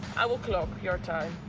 i will clock your time,